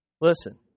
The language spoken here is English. Listen